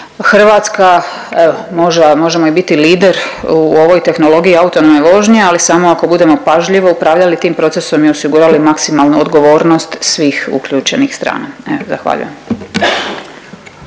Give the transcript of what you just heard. Hrvatska može, možemo biti lider u ovoj tehnologiji autonomne vožnje ali samo ako budemo pažljivo upravljali tim procesom i osigurali maksimalnu odgovornost svih uključenih strana. Evo, zahvaljujem.